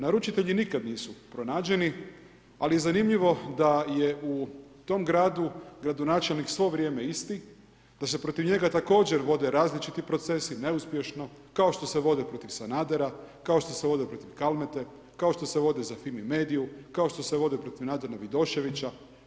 Naručitelji nikada nisu pronađeni, ali zanimljivo da je u tom gradu, gradonačelnik svo vrijeme isti, da se protiv njega također vode različiti procesi neuspješno, kao što se vode protiv Sanadera, kao što se vode protiv Kalmete, kao što se vode za Fimi mediju, kao što se vode protiv Nadana Vidoševića.